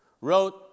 wrote